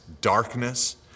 darkness